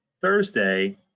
thursday